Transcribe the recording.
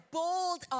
bold